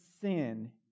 sin